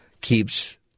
keeps